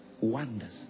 Wonders